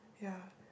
yeah